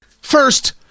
First